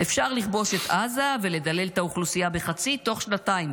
"אפשר לכבוש את עזה ולדלל את האוכלוסייה בחצי תוך שנתיים",